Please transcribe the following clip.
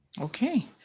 Okay